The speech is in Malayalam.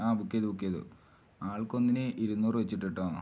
ആ ബുക്ക് ചെയ്തു ബുക്ക് ചെയ്തു ആൾക്ക് ഒന്നിന് ഇരുന്നൂറ് വെച്ചിട്ട് കേട്ടോ